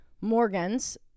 Morgan's